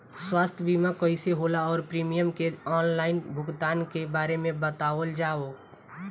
स्वास्थ्य बीमा कइसे होला और प्रीमियम के आनलाइन भुगतान के बारे में बतावल जाव?